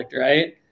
right